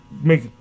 make